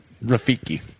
Rafiki